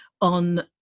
on